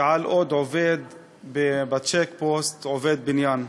ועל עוד עובד בצ'ק-פוסט, עובד בניין.